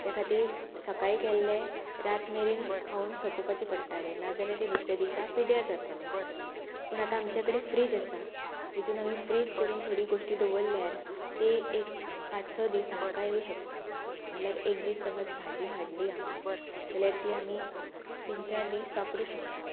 त्या खातीर सकाळीं केल्लें रात मेरेन खावन सोंपोवपाचें पडटालें ना जाल्यार तें दुसऱ्या दिसा पिड्ड्यार जातालें पूण आतां आमच्या कडेन फ्रीज आसा जितून आमी फ्रीझ करून थोडी गोश्टी दवरल्यार ती एक पांच स दीस आमकां येवं शकता म्हटल्यार एक दीस समज भाजी हाडली आमी जाल्यार ती आमी तीन चार दीस वापरूं शकता